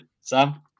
Sam